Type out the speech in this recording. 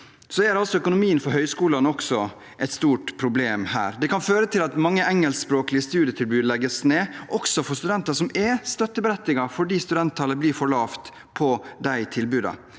er økonomien for høyskolene også et stort problem her. Det kan føre til at mange engelskspråklige studietilbud legges ned, også for studenter som er støtteberettigede, fordi studenttallet blir for lavt på disse tilbudene.